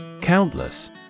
Countless